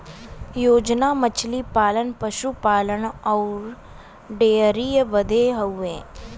योजना मछली पालन, पसु पालन अउर डेयरीए बदे हउवे